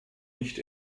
nicht